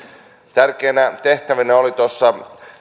tärkeänä tehtävänä oli tuossa